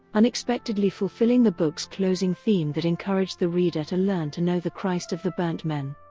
unexpectedly fulfilling the book's closing theme that encouraged the reader to learn to know the christ of the burnt men.